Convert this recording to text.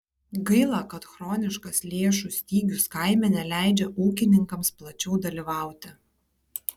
gaila kad chroniškas lėšų stygius kaime neleidžia ūkininkams plačiau dalyvauti